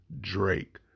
Drake